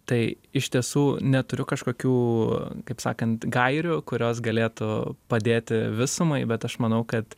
tai iš tiesų neturiu kažkokių kaip sakant gairių kurios galėtų padėti visumai bet aš manau kad